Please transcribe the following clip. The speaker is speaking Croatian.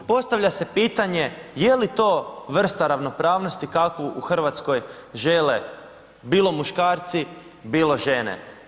Postavlja se pitanje je li to vrsta ravnopravnosti kakvu u Hrvatskoj žele, bilo muškarci, bilo žene?